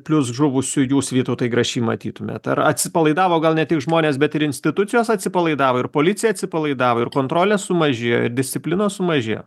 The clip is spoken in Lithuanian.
plius žuvusių jūs vytautai grašį matytumėt ar atsipalaidavo gal ne tik žmonės bet ir institucijos atsipalaidavo ir policija atsipalaidavo ir kontrole sumažėjo ir disciplinos sumažėjo